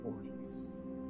voice